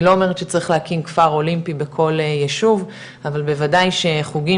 אני לא אומרת שצריך להקים כפר אולימפי בכל יישוב אבל בוודאי שחוגים